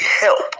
help